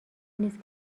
نیست